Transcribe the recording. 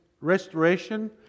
restoration